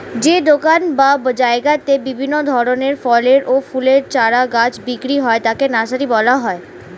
যে দোকান বা জায়গাতে বিভিন্ন ধরনের ফলের ও ফুলের চারা গাছ বিক্রি হয় তাকে নার্সারি বলা হয়